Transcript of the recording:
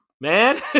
man